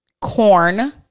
corn